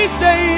say